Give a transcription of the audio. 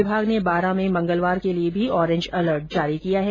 विभाग ने बारा में मंगलवार के लिए भी ऑरेंज अलर्ट जारी किया है